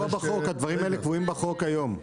הדברים האלה קבועים בחוק היום.